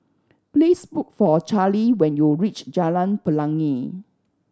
please look for Charley when you reach Jalan Pelangi